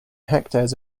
hectares